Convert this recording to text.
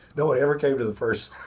nobody ever came to the first.